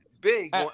big